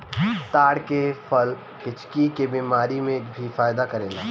ताड़ के फल हिचकी के बेमारी में भी फायदा करेला